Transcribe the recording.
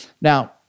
Now